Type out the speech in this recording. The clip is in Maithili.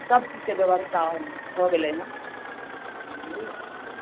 सबचीजके बेबस्था भऽ गेलै हँ बुझलिए